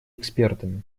экспертами